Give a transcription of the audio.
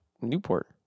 Newport